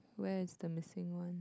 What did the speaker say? where is the missing one